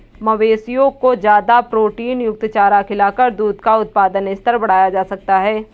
मवेशियों को ज्यादा प्रोटीनयुक्त चारा खिलाकर दूध का उत्पादन स्तर बढ़ाया जा सकता है